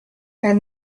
elle